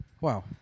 Wow